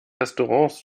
restaurants